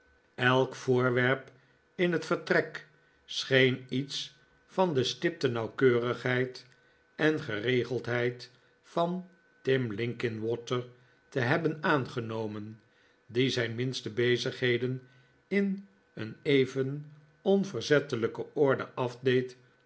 elk voorwerp in het vertrek scheen iets van de stipte nauwkeurigheid en geregeldheid van tim linkinwater te hebben aangenomen die zijn minste bezigheden in een even onverzettelijke orde